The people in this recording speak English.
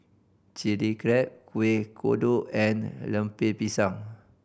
Chili Crab Kueh Kodok and Lemper Pisang